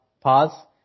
pause